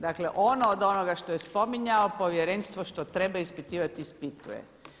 Dakle, ono od onoga što je spominjao, Povjerenstvo što treba ispitivati ispituje.